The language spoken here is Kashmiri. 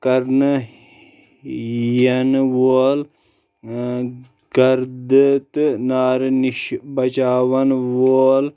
کرنہٕ ینہٕ وول ٲں گردِ تہٕ نارٕ نِشہٕ بچاوَن وول